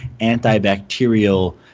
antibacterial